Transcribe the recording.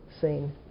seen